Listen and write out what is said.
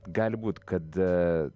gali būt kad